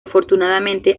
afortunadamente